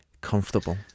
comfortable